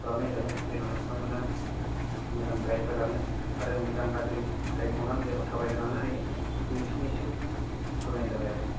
खालामनाय जाबाय जेन' नोंथांमोनहा मोजां गाइड होलाङो आरो मोजां गाज्रि सायख'नानै जेन' थाबाय होलांनो हायो नोंसिनिसिम खावलायनाय जाबाय आरो